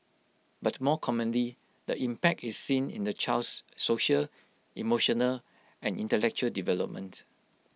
but more commonly the impact is seen in the child's social emotional and intellectual development